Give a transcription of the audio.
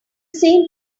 same